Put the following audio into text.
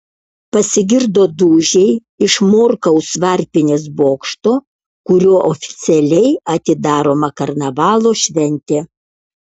pasigirdo dūžiai iš morkaus varpinės bokšto kuriuo oficialiai atidaroma karnavalo šventė